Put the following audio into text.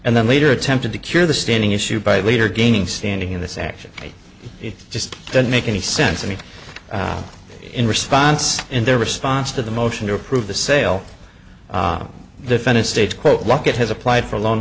and then later attempted to cure the standing issue by the leader gaining standing in this action just doesn't make any sense to me in response in their response to the motion to approve the sale defendant states quote lockett has applied for a loan